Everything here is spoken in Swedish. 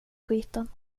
skiten